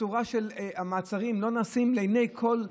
הצורה של המעצרים לא נעשית לעיני כול?